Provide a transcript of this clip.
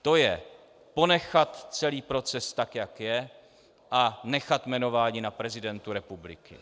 To je ponechat celý proces tak, jak je, a nechat jmenování na prezidentu republiky.